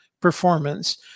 performance